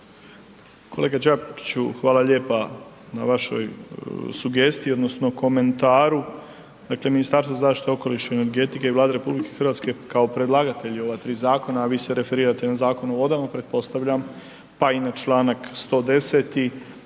Kolega Đakiću, hvala lijepa na vašoj sugestiji odnosno komentaru. Dakle, Ministarstvo zaštite okoliša i energetike i Vlade Rh predlagatelji ova 3 zakona a vi se referirate na Zakon o vodama, pretpostavljam pa i na članak 110.